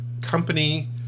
company